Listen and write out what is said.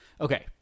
Okay